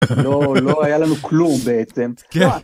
לא היה לנו כלום בעצם.